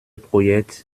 projekt